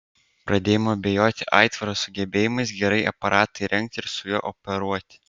pradėjome abejoti aitvaro sugebėjimais gerai aparatą įrengti ir su juo operuoti